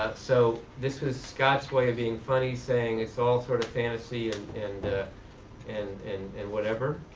so this was scott's way of being funny, saying it's all sort of fantasy ah and and and and whatever